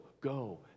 go